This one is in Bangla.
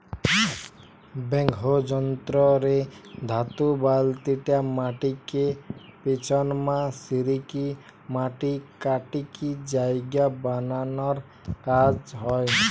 ব্যাকহো যন্ত্র রে ধাতু বালতিটা মাটিকে পিছনমা সরিকি মাটি কাটিকি জায়গা বানানার কাজ হয়